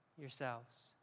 yourselves